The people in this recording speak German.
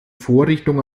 vorrichtung